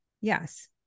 Yes